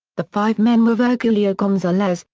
the five men were virgilio gonzalez,